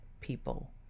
people